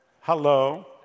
Hello